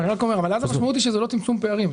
אבל אז המשמעות היא שזה לא צמצום פערים.